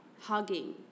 hugging